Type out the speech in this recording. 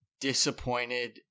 disappointed